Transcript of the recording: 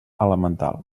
elemental